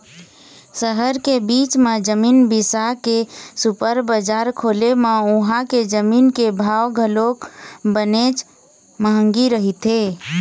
सहर के बीच म जमीन बिसा के सुपर बजार खोले म उहां के जमीन के भाव घलोक बनेच महंगी रहिथे